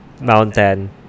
mountain